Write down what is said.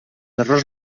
errors